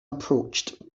approached